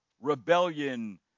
rebellion